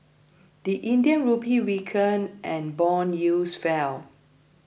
the Indian Rupee weakened and bond yields fell